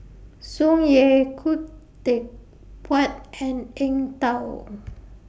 Tsung Yeh Khoo Teck Puat and Eng Tow